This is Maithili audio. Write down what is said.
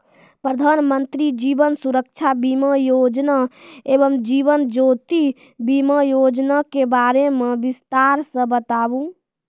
प्रधान मंत्री जीवन सुरक्षा बीमा योजना एवं जीवन ज्योति बीमा योजना के बारे मे बिसतार से बताबू?